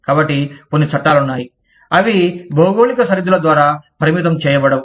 కాబట్టి కొన్ని చట్టాలు ఉన్నాయి అవి భౌగోళిక సరిహద్దుల ద్వారా పరిమితం చేయబడవు